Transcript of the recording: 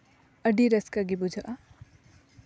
ᱟᱹᱰᱤ ᱨᱟᱹᱥᱠᱟᱹ ᱜᱮ ᱵᱩᱡᱷᱟᱹᱜᱼᱟ